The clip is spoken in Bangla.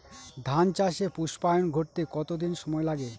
ধান চাষে পুস্পায়ন ঘটতে কতো দিন সময় লাগে?